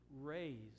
raised